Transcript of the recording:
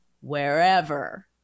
wherever